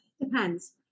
Depends